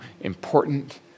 important